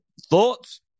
thoughts